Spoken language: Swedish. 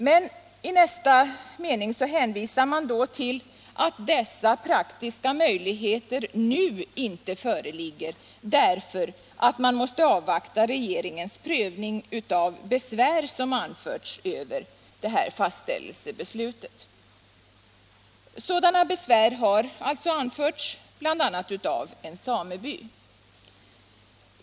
Men i nästa mening hänvisar man till att dessa praktiska möjligheter nu inte föreligger, därför att man måste avvakta regeringens prövning av besvär som anförts över fastställelsebeslutet. Sådana besvär har alltså anförts bl.a. av en sameby.